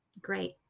Great